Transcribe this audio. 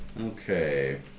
Okay